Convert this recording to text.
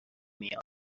میاد